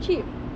cheap